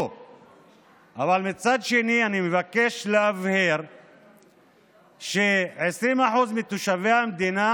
מצד אחר, אני מבקש להבהיר ש-20% מתושבי המדינה